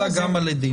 חלה גם על עדים.